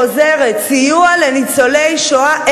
חוזרת: סיוע לניצולי השואה,